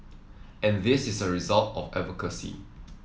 and this is a result of advocacy